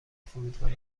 فرودگاه